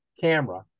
camera